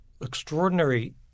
extraordinary